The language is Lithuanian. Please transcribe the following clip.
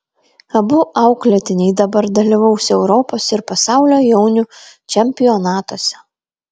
abu auklėtiniai dabar dalyvaus europos ir pasaulio jaunių čempionatuose